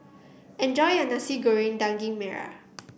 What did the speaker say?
enjoy your Nasi Goreng Daging Merah